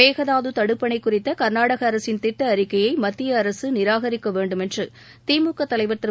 மேகதாது தடுப்பணை குறித்த கர்நாடக அரசின் திட்ட அறிக்கையை மத்திய அரசு நிராகரிக்க வேண்டும் என்று திமுக தலைவர் திரு